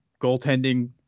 Goaltending